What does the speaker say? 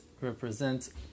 represents